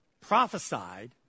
prophesied